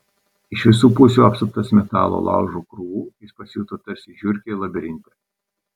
iš visų pusių apsuptas metalo laužo krūvų jis pasijuto tarsi žiurkė labirinte